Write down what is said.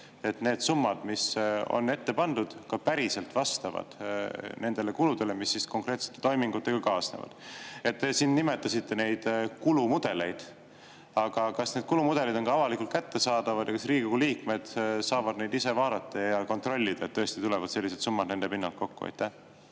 et need summad, mis on ette pandud, ka päriselt vastavad nendele kuludele, mis konkreetsete toimingutega kaasnevad. Te siin nimetasite neid kulumudeleid. Aga kas need kulumudelid on ka avalikult kättesaadavad? Kas Riigikogu liikmed saavad neid ise vaadata ja kontrollida, et tõesti tulevad sellised summad nende pinnalt kokku?